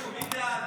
מיהו?